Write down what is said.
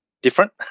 different